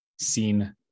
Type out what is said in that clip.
seen